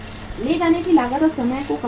ले जाने की लागत और समय को कम करता है